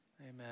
Amen